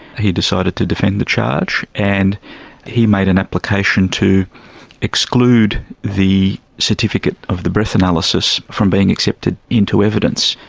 he decided to defend the charge, and he made an application to exclude the certificate of the breath analysis from being accepted into evidence.